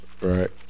right